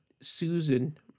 Susan